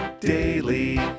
daily